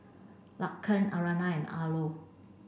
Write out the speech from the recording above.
Laken Aryanna Arlo